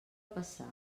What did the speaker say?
passar